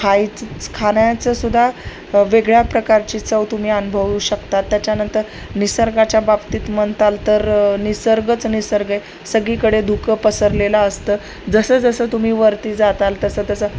खायचच खाण्याचंसुद्धा वेगळ्या प्रकारची चव तुम्ही अनुभवू शकतात त्याच्यानंतर निसर्गाच्या बाबतीत म्हणताल तर निसर्गच निसर्ग आहे सगळीकडे धुकं पसरलेलं असतं जसं जसं तुम्ही वरती जाताल तसं तसं